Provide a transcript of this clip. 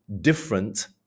different